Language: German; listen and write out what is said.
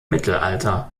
mittelalter